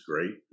great